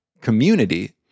community